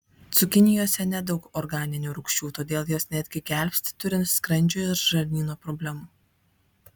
cukinijose nedaug organinių rūgčių todėl jos netgi gelbsti turint skrandžio ir žarnyno problemų